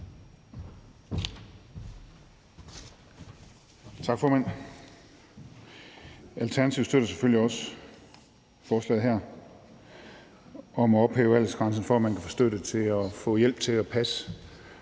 Tak, formand. Alternativet støtter selvfølgelig også forslaget her om at ophæve aldersgrænsen for, om man kan få støtte til hjælp til at passe